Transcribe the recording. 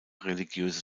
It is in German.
religiöse